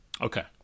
Okay